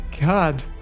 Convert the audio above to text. god